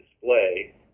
display